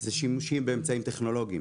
זה שימושים באמצעים טכנולוגיים,